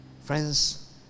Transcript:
Friends